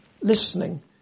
listening